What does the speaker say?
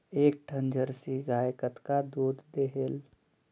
एक ठन जरसी गाय कतका दूध देहेल?